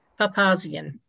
Papazian